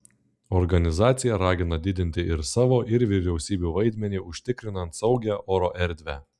organizacija ragina didinti ir savo ir vyriausybių vaidmenį užtikrinant saugią oro erdvę